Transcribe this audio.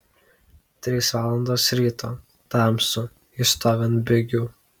trys valandos ryto tamsu jis stovi ant bigių